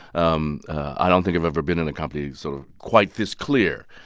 um i don't think i've ever been in a company sort of quite this clear.